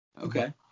Okay